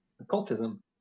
occultism